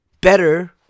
better